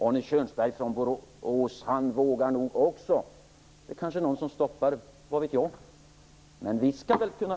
Arne Kjörnsberg från Borås vågar nog han också. Det är kanske någon som stoppar. Vad vet jag?